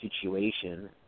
situation